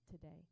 today